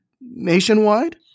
nationwide